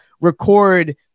record